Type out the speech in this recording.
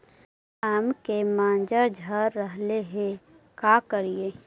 आम के मंजर झड़ रहले हे का करियै?